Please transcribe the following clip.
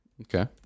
Okay